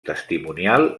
testimonial